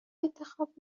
انتخاب